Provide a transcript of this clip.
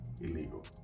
illegal